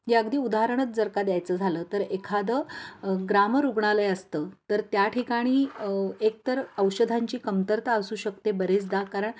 ये अगदी उदाहरणच जर का द्यायचं झालं तर एखादं ग्राम रुग्णालय असतं तर त्या ठिकाणी एकतर औषधांची कमतरता असू शकते बरेचदा कारण